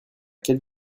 quelle